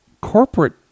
corporate